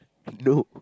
no